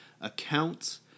accounts